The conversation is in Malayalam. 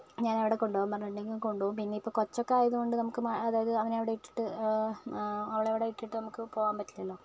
ഞാൻ എവിടെ കൊണ്ട് പോകാൻ പറഞ്ഞിട്ട് ഉണ്ടെങ്കിലും കൊണ്ട് പോകും പിന്നെ കൊച്ചൊക്കെ ആയത് കൊണ്ട് നമുക്ക് അതായത് അതിനെ ഇവിടെ ഇട്ടിട്ട് അവളെ ഇവിടെ ഇട്ടിട്ട് നമുക്ക് പോകാൻ പറ്റില്ലല്ലോ